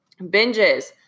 Binges